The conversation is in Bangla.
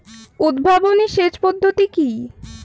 উদ্ভাবনী সেচ পদ্ধতি কি?